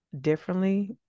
differently